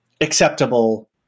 acceptable